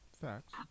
Facts